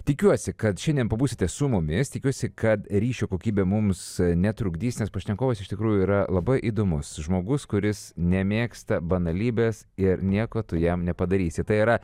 tikiuosi kad šiandien pabūsite su mumis tikiuosi kad ryšio kokybė mums netrukdys nes pašnekovas iš tikrųjų yra labai įdomus žmogus kuris nemėgsta banalybės ir nieko tu jam nepadarysi tai yra